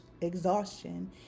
exhaustion